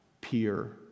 peer